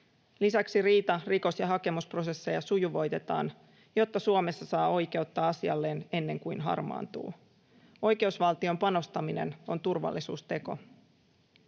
Lisäksi riita-, rikos- ja hakemusprosesseja sujuvoitetaan, jotta Suomessa saa oikeutta asialleen ennen kuin harmaantuu. Oikeusvaltioon panostaminen on turvallisuusteko.